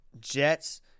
Jets